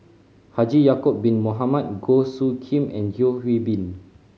Haji Ya'acob Bin Mohamed Goh Soo Khim and Yeo Hwee Bin